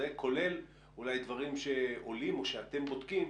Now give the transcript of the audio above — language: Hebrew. כולל אולי דברים שעולים או שאתם בודקים